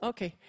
Okay